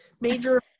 major